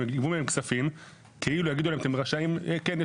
תגבה ממנו כספים ותגיד לו: כן,